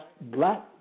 black